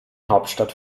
hauptstadt